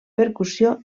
percussió